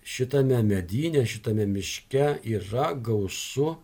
šitame medyne šitame miške yra gausu